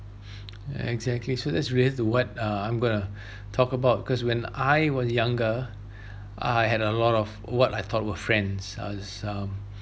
exactly so that's related to what uh I'm going to talk about because when I was younger I had a lot of what I thought were friends uh some